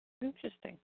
Interesting